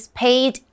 paid